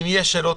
נשאל שאלות,